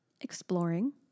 Exploring